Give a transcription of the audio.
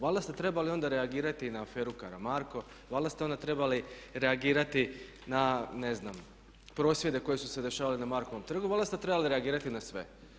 Valjda ste trebali onda reagirati i na aferu Karamarko, valjda ste onda trebali reagirati na ne znam prosvjede koji su se dešavali na Markovom trgu, valjda ste trebali reagirati na sve.